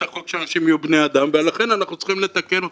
החוק שאנשים יהיו בני אדם ולכן אנחנו צריכים לתקן אותו.